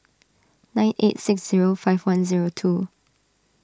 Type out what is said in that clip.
nine eight six zero five one zero two